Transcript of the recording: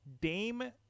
dame